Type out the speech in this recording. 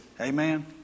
Amen